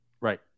Right